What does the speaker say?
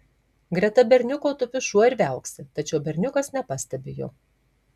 greta berniuko tupi šuo ir viauksi tačiau berniukas nepastebi jo